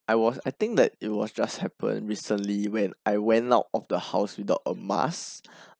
I was I think that it was just happened recently when I went out of the house without a mask